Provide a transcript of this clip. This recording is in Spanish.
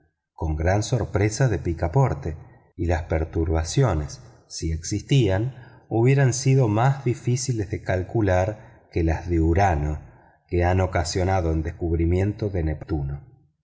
con gran sorpresa de picaporte y las perturbaciones si existían hubieran sido más difíciles de calcular que las de urano que han ocasionado el descubrimiento de neptuno